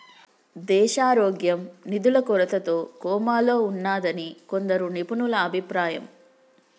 దేశారోగ్యం నిధుల కొరతతో కోమాలో ఉన్నాదని కొందరు నిపుణుల అభిప్రాయం